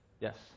Yes